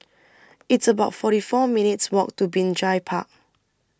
It's about forty four minutes' Walk to Binjai Park